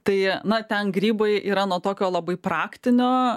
tai na ten grybai yra nuo tokio labai praktinio